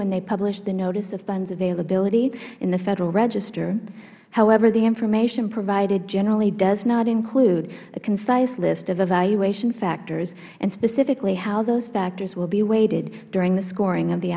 when they publish the notice of funds availability in the federal register however the information provided generally does not include a concise list of evaluation factors and specifically how those factors will be weighted during the scoring of the